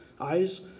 eyes